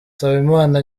nsabimana